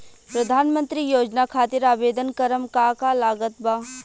प्रधानमंत्री योजना खातिर आवेदन करम का का लागत बा?